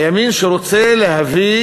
הימין, שרוצה להביא